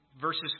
Verses